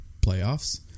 playoffs